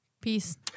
Peace